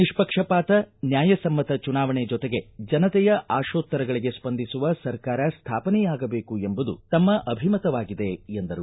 ನಿಷ್ನಕ್ಷಪಾತ ನ್ಯಾಯಸಮ್ಮತ ಚುನಾವಣೆ ಜೊತೆಗೆ ಜನತೆಯ ಆಶೋತ್ತರಗಳಿಗೆ ಸ್ಸಂದಿಸುವ ಸರ್ಕಾರ ಸ್ಥಾಪನೆಯಾಗಬೇಕು ಎಂಬುದು ತಮ್ಮ ಅಭಿಮತವಾಗಿದೆ ಎಂದರು